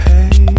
Hey